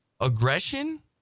Aggression